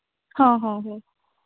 ᱦᱚᱸ ᱦᱚᱸ ᱦᱚᱸ